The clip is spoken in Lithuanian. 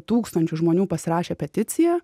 tūkstančių žmonių pasirašė peticiją